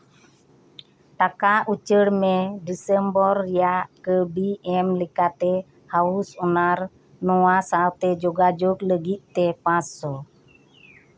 ᱴᱟᱠᱟ ᱩᱪᱟᱹᱲ ᱢᱮ ᱰᱤᱥᱮᱢᱵᱚᱨᱚ ᱨᱮᱭᱟᱜ ᱠᱟᱹᱣᱰᱤ ᱮᱢ ᱞᱮᱠᱟᱛᱮ ᱦᱟᱩᱥ ᱚᱱᱟᱨ ᱱᱚᱣᱟ ᱥᱟᱶᱛᱮ ᱡᱳᱜᱟ ᱡᱳᱜ ᱞᱟᱹᱜᱤᱫᱛᱮ ᱯᱟᱸᱥᱥᱳ